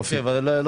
זה לא